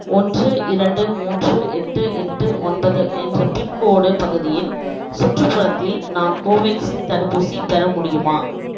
ஒன்று இரண்டு மூன்று எட்டு எட்டு ஒன்பது என்ற பின்கோடு பகுதியின் சுற்றுப்புறத்தில் நான் கோவேக்ஸின் தடுப்பூசி பெற முடியுமா